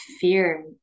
fear